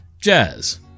Jazz